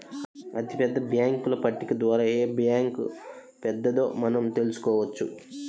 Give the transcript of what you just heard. అతిపెద్ద బ్యేంకుల పట్టిక ద్వారా ఏ బ్యాంక్ పెద్దదో మనం తెలుసుకోవచ్చు